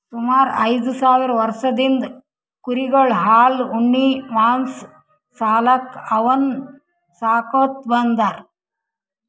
ಸುಮಾರ್ ಐದ್ ಸಾವಿರ್ ವರ್ಷದಿಂದ್ ಕುರಿಗೊಳ್ ಹಾಲ್ ಉಣ್ಣಿ ಮಾಂಸಾ ಸಾಲ್ಯಾಕ್ ಅವನ್ನ್ ಸಾಕೋತ್ ಬಂದಾರ್